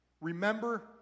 Remember